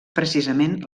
precisament